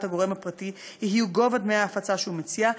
הגורם הפרטי יהיו גובה דמי ההפצה שהוא מציע,